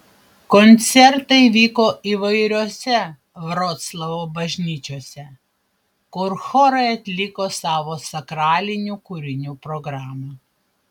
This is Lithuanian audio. koncertai vyko įvairiose vroclavo bažnyčiose kur chorai atliko savo sakralinių kūrinių programą